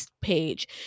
page